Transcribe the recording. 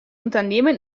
unternehmen